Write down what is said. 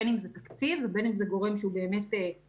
בין אם זה תקציב ובין אם זה גורם שהוא באמת מתכלל.